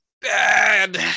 bad